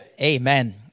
Amen